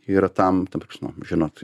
yra tam ta prasme žinot